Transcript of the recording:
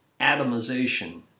atomization